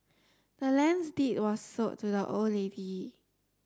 the land's deed was sold to the old lady